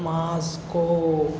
Moscow